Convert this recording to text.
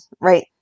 Right